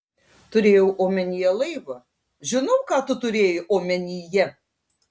turėjau omenyje laivą žinau ką tu turėjai omenyje